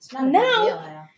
now